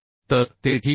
तर ते ठीक आहे